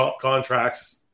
contracts